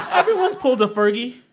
everyone's pulled a fergie.